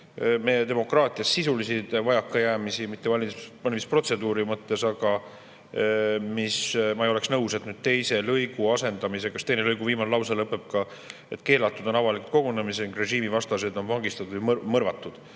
meie demokraatias sisulisi vajakajäämisi, mitte valimisprotseduuri mõttes. Ma ei ole nõus, et teises lõigus see asendamine … Teise lõigu viimane lause [ütleb] ka, et keelatud on avalikud kogunemised, režiimivastased on vangistatud või mõrvatud.